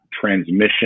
transmission